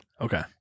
Okay